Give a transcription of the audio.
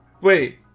Wait